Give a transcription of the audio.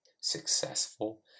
successful